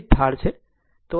તો આ ઢાળ છે